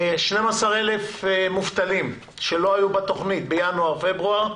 12,000 מובטלים שלא היו בתוכניות בינואר-פברואר,